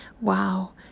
wow